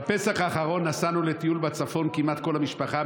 בפסח האחרון נסענו לטיול בצפון כמעט כל המשפחה,